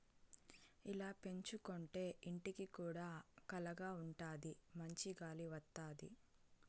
ఇలా పెంచుకోంటే ఇంటికి కూడా కళగా ఉంటాది మంచి గాలి వత్తది